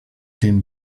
den